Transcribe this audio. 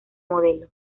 modelo